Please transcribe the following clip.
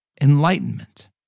enlightenment